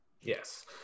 Yes